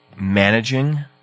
managing